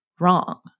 wrong